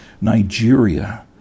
Nigeria